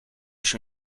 się